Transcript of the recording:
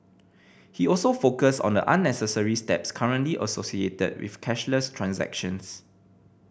he also focused on the unnecessary steps currently associated with cashless transactions